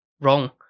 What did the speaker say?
wrong